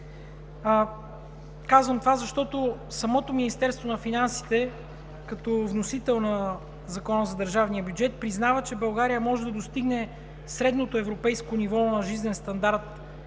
Казвам това, защото самото Министерство на финансите като вносител на Закона за държавния бюджет признава, че България може да достигне средното европейско ниво на жизнен стандарт